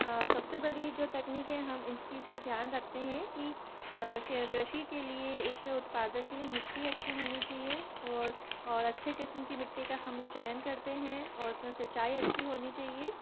सबसे बड़ी जो तकनीक है हम इस चीज़ का ध्यान रखते हैं कि कृषि के लिए उसके उत्पादन के लिए मिट्टी अच्छी होनी चाहिए और और अच्छे किस्म की मिट्टी का हम चयन करते हैं और उसमें से सिंचाई अच्छी होनी चाहिए